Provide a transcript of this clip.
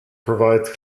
provide